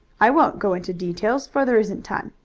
i won't go into details, for there isn't time.